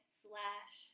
slash